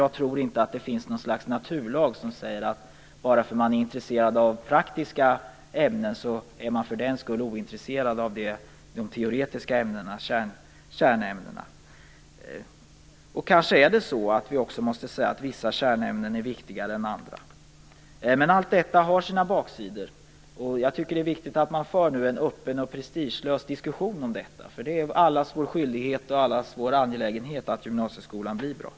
Jag tror inte att det finns något slags naturlag som säger att bara för att man är intresserad av praktiska ämnen är man för den skull ointresserad av de teoretiska ämnena, kärnämnena. Kanske måste vi också säga att vissa kärnämnen är viktigare än andra. Men allt detta har sina baksidor. Jag tycker det är viktigt att man nu för en öppen och prestigelös diskussion om detta. Det är allas vår skyldighet och allas vår angelägenhet att gymnasieskolan blir bra.